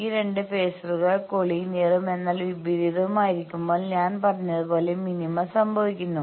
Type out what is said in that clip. ഈ 2 ഫേസറുകൾ കോളിനിയറും എന്നാൽ വിപരിതവും ആയിരിക്കുമ്പോൾ ഞാൻ പറഞ്ഞതുപോലെ മിനിമ സംഭവിക്കുന്നു